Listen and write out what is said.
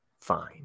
fine